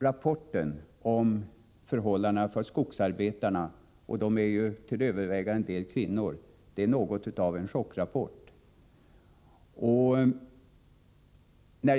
Rapporten om förhållandena för skogsarbetarna, som till övervägande del är kvinnor, är något av en chockrapport.